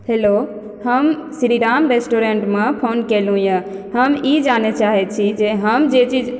hello हम श्रीराम रेस्टुरेंटमऽ phone केलूँ यऽ हम ई जानय चाहैत छी जे हम जे चीज